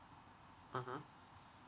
mmhmm